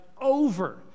over